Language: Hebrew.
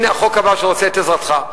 הנה החוק הבא שרוצה את עזרתך.